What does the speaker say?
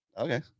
Okay